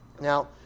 Now